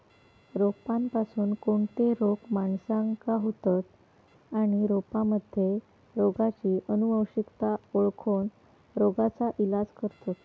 रोपांपासून कोणते रोग माणसाका होतं आणि रोपांमध्ये रोगाची अनुवंशिकता ओळखोन रोगाचा इलाज करतत